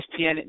ESPN